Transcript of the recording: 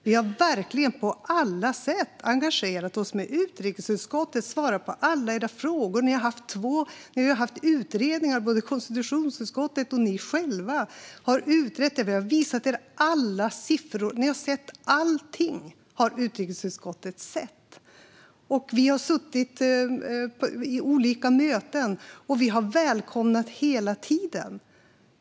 Vi har på alla sätt engagerat oss i utrikesutskottet och svarat på alla frågor. Både konstitutionsutskottet och ni har utrett detta, och vi har visat er alla siffror. Utrikesutskottet har sett allt. Vi har suttit i olika möten, och vi har välkomnat er hela tiden.